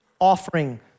offering